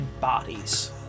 bodies